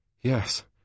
Yes